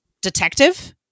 detective